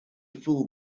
fool